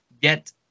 get